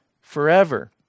forever